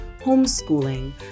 homeschooling